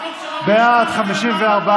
טבק ועישון (תיקון,